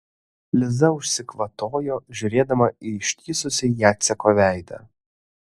liza užsikvatojo žiūrėdama į ištįsusį jaceko veidą